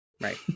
Right